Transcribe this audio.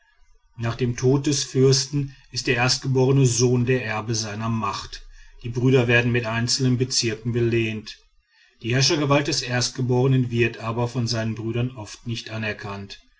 nach dem tod des fürsten ist der erstgeborene sohn der erbe seiner macht die brüder werden mit einzelnen bezirken belehnt die herrschergewalt des erstgeborenen wird aber von seinen brüdern oft nicht anerkannt